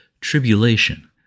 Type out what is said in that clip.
tribulation